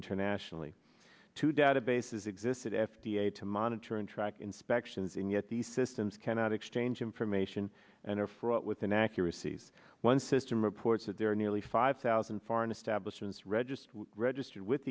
internationally to databases existed f d a to monitor and track inspections and yet the systems cannot exchange information and are fraught with inaccuracies one system reports that there are nearly five thousand foreign establishment registered registered with